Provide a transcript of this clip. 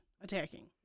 attacking